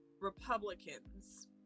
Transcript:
Republicans